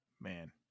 Man